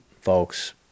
folks